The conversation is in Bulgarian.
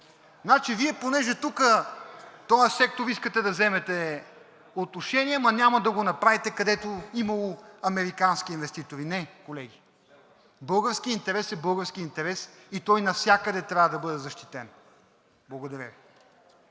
нещо: Вие, понеже тук в този сектор искате да вземете отношение, ама няма да го направите, където имало американски инвеститори. Не, колеги! Българският интерес е български интерес и той навсякъде трябва да бъде защитен. Благодаря Ви.